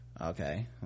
okay